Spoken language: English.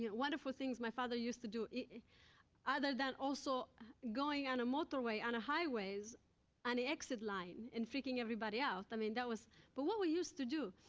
you know wonderful things my father used to do. other than also going on a motorway on a highways on the exit line, and freaking everybody out. i mean, that was but what we used to do,